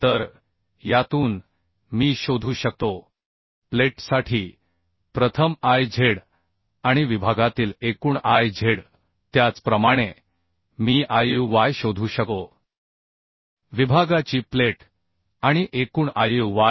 तर यातून मी शोधू शकतो प्लेटसाठी प्रथम Iz आणि विभागातील एकूण Iz त्याचप्रमाणे मी प्लेटचा Iuy शोधू शकतो आणि विभागाचा एकूण Iuy